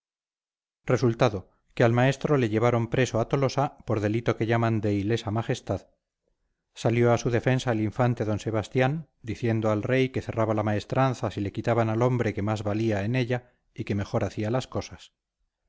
resultado que al maestro le llevaron preso a tolosa por delito que llaman de ilesa majestad salió a su defensa el infante d sebastián diciendo al rey que cerraba la maestranza si le quitaban al hombre que más valía en ella y que mejor hacía las cosas